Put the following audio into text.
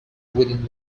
within